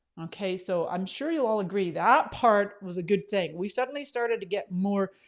okay. so i'm sure you'll all agree that part was a good thing. we suddenly started to get more